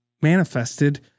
manifested